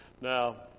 Now